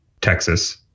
Texas